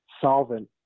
solvent